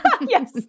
Yes